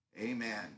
Amen